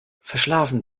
verschlafen